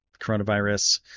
coronavirus